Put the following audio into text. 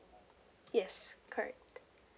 yes correct